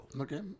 Okay